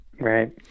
Right